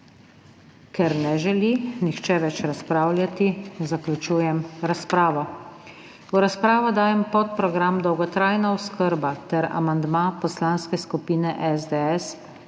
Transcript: Ker ne želi nihče več razpravljati, zaključujem razpravo. V razpravo dajem podprogram Dolgotrajna oskrba ter amandma Poslanske skupine SDS